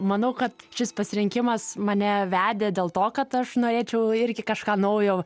manau kad šis pasirinkimas mane vedė dėl to kad aš norėčiau irgi kažką naujo